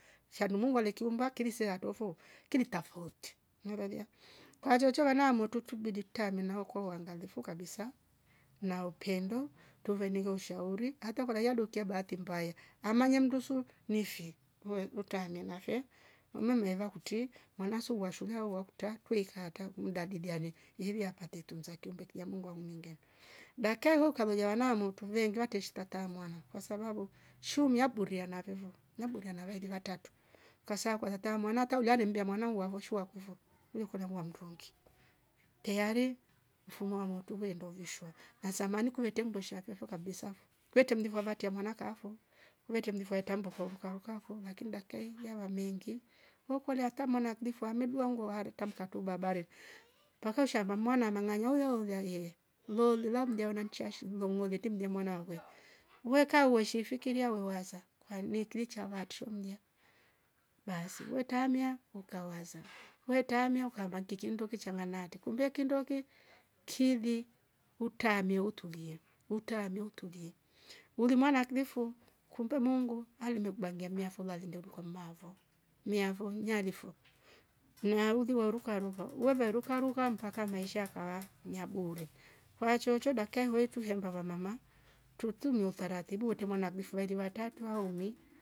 Shamu nungle kiumba kilisie atafo kili tafhoti nalolia kwa chochoa wana mortu tubiddi tutame na uko waangalifu kabisa na upendo tuveninga ushauri hata kwalai duke bahati mbaya ama nyamdusu nifi we utamiana nanfe umemheva kuti wanaso washuliwa wakuta tweika hata mda wa diliane ivi apate tunza kiumbe kia mungu auamingani dkka ivo ukamoja wana mutu vengi tiwa teshteta ta mwana kwasababu shumia puria na vevo nyapuria na we dila tatu kasa kwaya ta mwana hata ulaiya rembia mwana uvoshwa kuvo hukolia mua mndungi. teari mfumo wa mutuve ndo veshwa asamani kuwete mndosha kifo kabisa kwete mlivo vatia mwana kafo wete mlivo yatambuko ukaukauka lakini dakka hi vi wamengi hukolia hata mwana akdifo ameduua ngo ware tamka tu babare mpaka shava mwana manga nyoyo laiehe looh liliwa mja unaona nshese mlongo vete mje wana we weka uweshi fikiria wewaza kwani nikira chava tushamnyea basi. wetamia ukawaza wetamia ukaamba nkiki kindo changanate kumbe kindoki kivi utame utulie utame utulie ulimwana klifu kumbe mungu alimekubangia meafo lalinde utukwamavo nyiavo nyialifu niwaudhi woru kwa warukwa weve rukaruka mpaka maisha yakawa miabude kwa chocho dakka iwehutu hemba vamama tutu ni utaratibu wete mwana kidifo waeri watatu au umi.